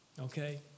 okay